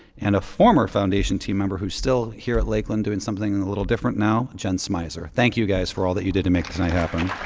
and a former foundation team member who's still here at lakeland doing something a little different now, jen smyser. thank you guys for all that you did to make this night happen.